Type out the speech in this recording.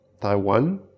Taiwan